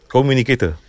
Communicator